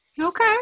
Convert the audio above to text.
Okay